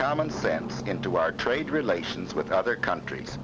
common sense into our trade relations with other countries